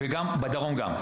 בדרום גם.